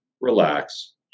relax